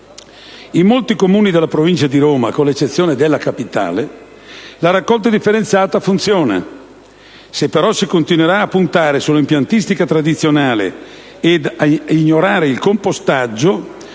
In molti comuni della provincia di Roma (con l'eccezione della capitale) la raccolta differenziata funziona. Se, però, si continuerà a puntare sull'impiantistica tradizionale e ad ignorare il compostaggio,